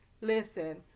Listen